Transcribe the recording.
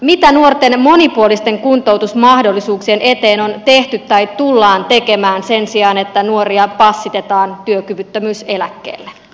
mitä nuorten monipuolisten kuntoutusmahdollisuuksien eteen on tehty tai tullaan tekemään sen sijaan että nuoria passitetaan työkyvyttömyyseläkkeelle